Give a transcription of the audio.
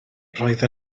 roedd